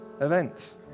events